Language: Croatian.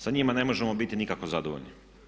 Sa njima ne možemo biti nikako zadovoljni.